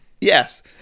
Yes